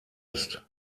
ist